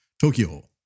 Tokyo